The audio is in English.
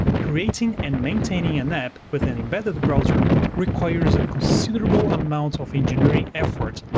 creating and maintaining an app with an embedded browser requires a considerable amount of engineering efforts,